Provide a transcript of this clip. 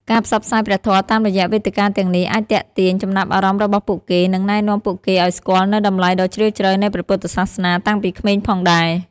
ការផ្សព្វផ្សាយព្រះធម៌តាមរយៈវេទិកាទាំងនេះអាចទាក់ទាញចំណាប់អារម្មណ៍របស់ពួកគេ និងណែនាំពួកគេឱ្យស្គាល់នូវតម្លៃដ៏ជ្រាលជ្រៅនៃព្រះពុទ្ធសាសនា តាំងពីក្មេងផងដែរ។